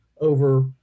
over